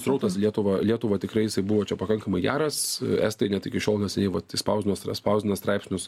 srautas į lietuvą į lietuvą tikrai jisai buvo čia pakankamai geras estai net iki šiol neseniai vat išspauzdino spausdina straipsnius